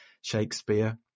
Shakespeare